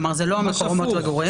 כלומר, זה לא מקומות מגורים.